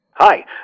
Hi